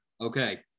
Okay